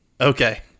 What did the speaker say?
Okay